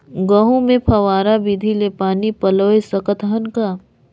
गहूं मे फव्वारा विधि ले पानी पलोय सकत हन का?